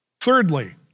Thirdly